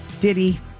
Diddy